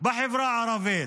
בחברה הערבית.